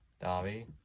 Dobby